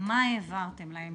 מה העברתם להם.